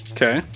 Okay